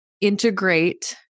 integrate